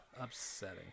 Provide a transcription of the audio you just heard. upsetting